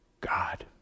God